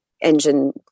engine